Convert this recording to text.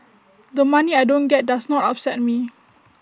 the money I don't get does not upset me